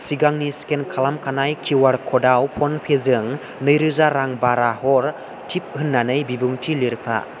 सिगांनि स्केन खालामखानाय किउआर कडाव फ'नपेजों नैरोजा रां बारा हर टिप होन्नानै बिबुंथि लिरफा